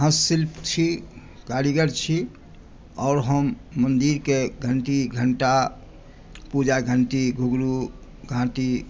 हस्तशिल्प छी कारीगर छी और हम मन्दिरकेँ घण्टी घण्टा पुजा घण्टी घुँघरू घाटी